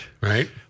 right